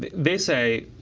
they say,